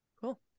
cool